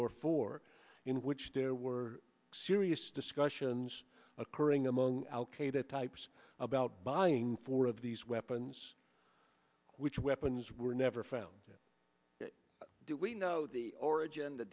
or four in which there were serious discussions occurring among al qaeda types about buying four of these weapons which weapons were never found do we know the origin the